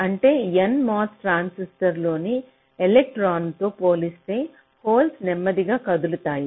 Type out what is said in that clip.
అంటే nMOS ట్రాన్సిస్టర్లు లోని ఎలక్ట్రాన్ తో పోలిస్తే హోలీ నెమ్మదిగా కదులుతాయి